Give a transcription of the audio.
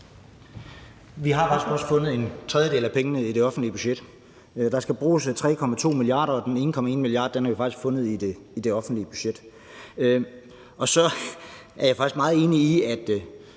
også fundet en tredjedel af pengene i det offentlige budget. Der skal bruges 3,2 mia. kr., og 1,1 mia. kr. har vi fundet i det offentlige budget. Jeg er faktisk meget enig i,